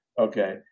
okay